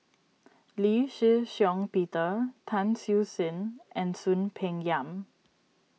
Lee Shih Shiong Peter Tan Siew Sin and Soon Peng Yam